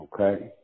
okay